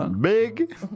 big